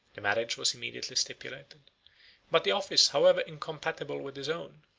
the marriage was immediately stipulated but the office, however incompatible with his own,